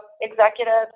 executives